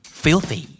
filthy